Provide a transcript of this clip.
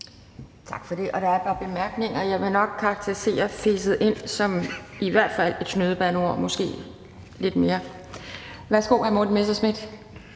Tak for det. Der er et par bemærkninger. Jeg vil nok karakterisere »feset ind« som i hvert fald et snydebandeord, måske lidt mere end det. Værsgo til hr. Morten Messerschmidt.